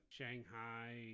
Shanghai